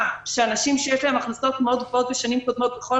שאנשים שיש להם הכנסות מאוד גבוהות בשנים קודמות בכל